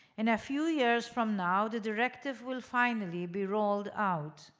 in a few years from now, the directive will finally be rolled out.